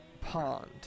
Pond